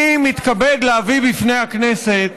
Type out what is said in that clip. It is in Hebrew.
אני מתכבד להביא בפני הכנסת